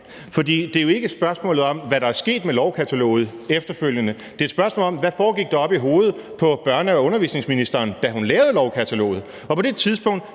For det er jo ikke et spørgsmål om, hvad der er sket med lovkataloget efterfølgende. Det er et spørgsmål om, hvad der foregik oppe i hovedet på børne- og undervisningsministeren, da hun lavede lovkataloget. For på det tidspunkt